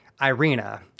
Irina